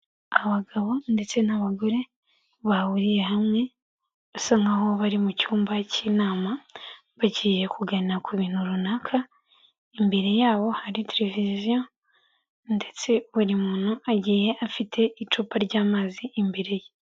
Abagabo ndetse n'abagore bahuriye hamwe basa nkaho bari mu cyumba k'inama, bagiye kuganira ku bintu runaka, imbere yabo hari televiziyo ndetse buri muntu agiye afite icupa ry'amazi imbere ye.